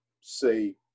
say